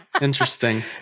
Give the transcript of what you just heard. Interesting